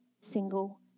single